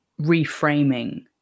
reframing